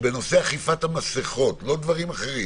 שבנושא אכיפת המסכות, לא דברים אחרים